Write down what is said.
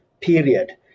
period